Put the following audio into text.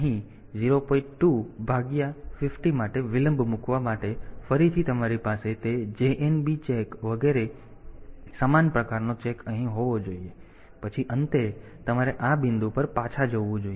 2 ભાગ્યા 50 માટે વિલંબ મૂકવા માટે ફરીથી તમારી પાસે તે JNB ચેક વગેરે સમાન સમાન પ્રકારનો ચેક અહીં હોવો જોઈએ અને પછી અંતે તમારે આ બિંદુ પર પાછા જવું જોઈએ